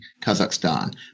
Kazakhstan